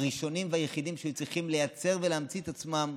הם הראשונים והיחידים שהיו צריכים לייצר ולהמציא את עצמם,